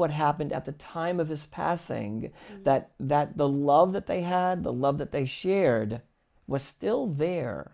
what happened at the time of his passing that that the love that they had the love that they shared was still there